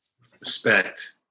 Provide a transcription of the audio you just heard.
Respect